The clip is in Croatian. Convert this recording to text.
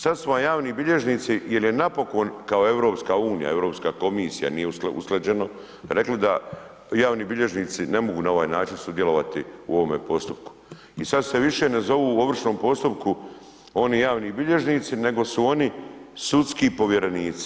Sada su vam javni bilježnici jel je napokon kao EU, Europska komisija nije usklađeno, rekli da javni bilježnici ne mogu na ovaj način sudjelovati u ovome postupku i sada se više ne zovu u ovršnom postupku oni javni bilježnici nego su oni sudski povjerenici.